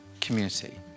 community